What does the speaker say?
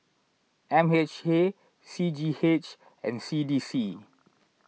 M H A C G H and C D C